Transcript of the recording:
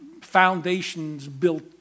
foundations-built